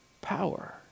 power